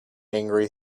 angry